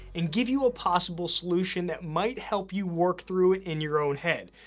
and give you a possible solution that might help you work through it in your own head.